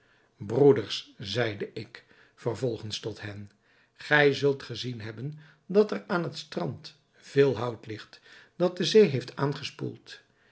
broeders zeide ik vervolgens tot hen gij zult gezien hebben dat er aan het strand veel hout ligt dat de zee heeft aangespoeld